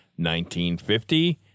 1950